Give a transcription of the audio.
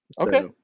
Okay